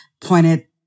pointed